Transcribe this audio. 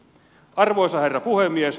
arvoisa herra puhemies